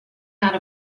out